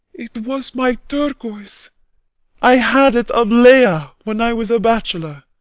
it was my turquoise i had it of leah when i was a bachelor